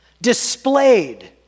Displayed